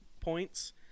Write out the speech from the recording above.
points